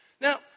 Now